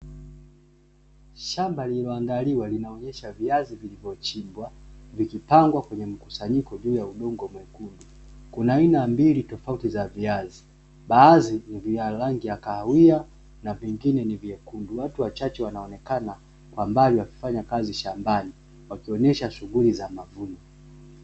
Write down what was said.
Shamba lililoandaliwa linaonesha viazi vilivyochimbwa. Vikipangwa kwenye mkusanyiko juu ya udongo mwekundu. Kuna aina mbili tofauti za viazi, baadhi ni vya rangi ya kahawia na vingine ni vyekundu. Watu wachache wanaonekana kwa mbali wakifanya kazi shambani wakionesha shuguli za mavuno.